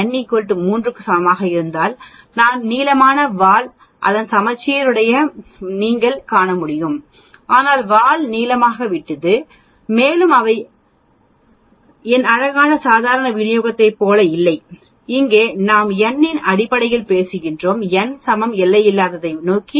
N 3 க்கு சமமாக இருந்தால் அதன் நீளமான வால் அதன் சமச்சீர் சீருடையை நீங்கள் காண முடியும் ஆனால் வால் நீளமாகிவிட்டது மேலும் அவை எதுவும் என் அழகான சாதாரண விநியோகம் போல இல்லை இங்கே நாம் n இன் அடிப்படையில் பேசுகிறோம் n சமம் எல்லையில்லாததை நோக்கி